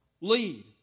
lead